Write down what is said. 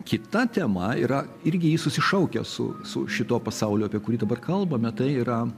kita tema yra irgi ji susišaukia su su šituo pasauliu apie kurį dabar kalbame tai yra